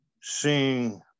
seeing